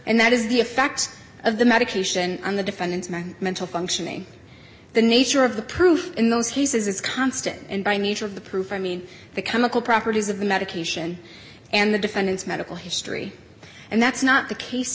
and that is the effect of the medication on the defendant's mind mental functioning the nature of the proof in those cases is constant and by nature of the proof i mean the chemical properties of the medication and the defendant's medical history and that's not the case